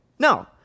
No